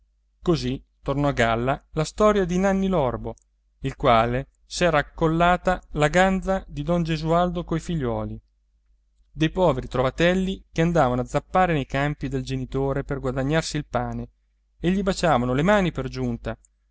così tornò a galla la storia di nanni l'orbo il quale s'era accollata la ganza di don gesualdo coi figliuoli dei poveri trovatelli che andavano a zappare nei campi del genitore per guadagnarsi il pane e gli baciavano le mani per giunta